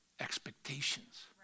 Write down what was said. expectations